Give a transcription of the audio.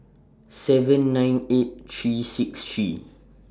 seven nine eight three six three